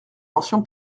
mention